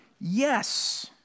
yes